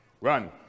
Run